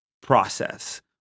process